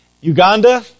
Uganda